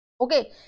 Okay